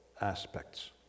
aspects